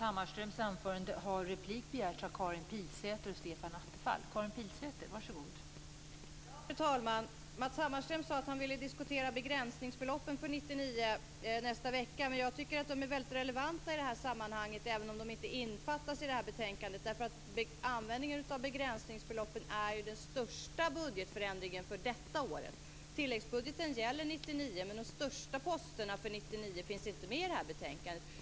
Fru talman! Matz Hammarström sade att han ville diskutera begränsningsbeloppen för 1999 om två veckor. Men jag tycker att de är relevanta i det här sammanhanget, även om de inte innefattas i det här betänkandet. Användningen av begränsningsbeloppen är ju den största budgetförändringen för det här året. Tilläggsbudgeten gäller 1999, men de största posterna för 1999 finns inte med i det här betänkandet.